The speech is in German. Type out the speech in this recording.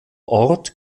ort